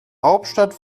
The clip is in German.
hauptstadt